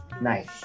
Nice